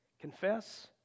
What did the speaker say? Confess